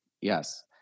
yes